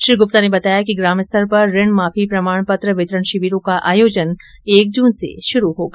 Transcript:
श्री गुप्ता ने बताया कि ग्राम स्तर पर ऋण माफी प्रमाण पत्र वितरण शिविरों का आयोजन एक जून से शुरू होगा